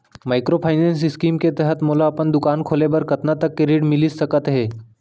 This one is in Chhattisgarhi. माइक्रोफाइनेंस स्कीम के तहत मोला अपन दुकान खोले बर कतना तक के ऋण मिलिस सकत हे?